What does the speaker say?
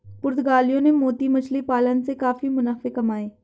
पुर्तगालियों ने मोती मछली पालन से काफी मुनाफे कमाए